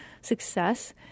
success